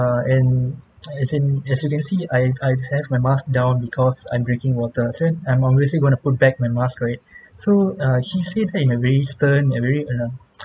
err and as in as you can see I I have my mask down because I'm drinking water so I'm obviously going to put back my mask right so uh he say that in a really stern and very in a